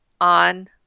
on